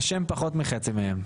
בשם פחות מחצי מהם.